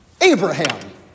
Abraham